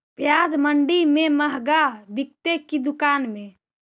प्याज मंडि में मँहगा बिकते कि दुकान में?